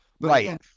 Right